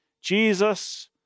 Jesus